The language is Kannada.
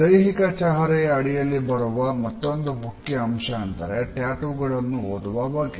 ದೈಹಿಕ ಚಹರೆಯ ಅಡಿಯಲ್ಲಿ ಬರುವ ಇನ್ನೊಂದು ಮುಖ್ಯ ಅಂಶ ಅಂದರೆ ಟ್ಯಾಟೂ ಗಳನ್ನೂ ಓದುವ ಬಗೆ